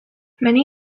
many